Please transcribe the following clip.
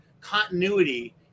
continuity